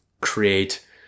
create